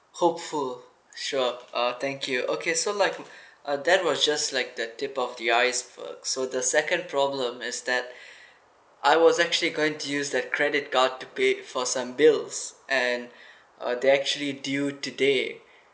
hopeful sure uh thank you okay so like uh that was just like the tip of the ice berg so the second problem is that I was actually going to use that credit card to pay for some bills and uh they actually due today